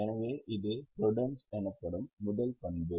எனவே இது ப்ருடென்ஸ் எனப்படும் முதல் பண்பு